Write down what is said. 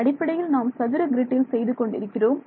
அடிப்படையில் நாம் சதுர கிரிட்டில் செய்து கொண்டிருக்கிறோம்